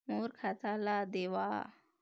मोर खाता ला देवाव?